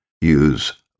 Use